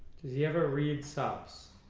yeah ever read subs?